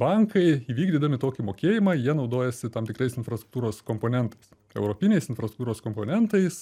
bankai vykdydami tokį mokėjimą jie naudojasi tam tikrais infrastruktūros komponentais europinės infrastruktūros komponentais